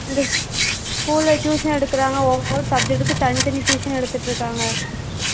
இந்த ஸ்கூல்ல டியூஷன் எடுக்கிறாங்க ஒவ்வொரு சப்ஜெக்ட்டுக்கு தனித்தனி டியூஷன் எடுத்துகிட்டு இருக்காங்க